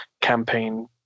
campaign